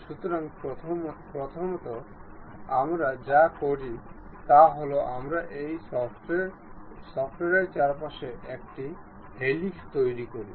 সুতরাং প্রথমত আমরা যা করি তা হল আমরা এই শ্যাফটের চারপাশে একটি হেলিক্স তৈরি করি